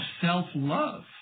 self-love